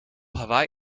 hawaï